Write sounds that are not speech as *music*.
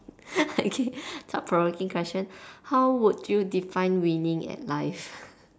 *laughs* okay thought provoking question how would you define winning in life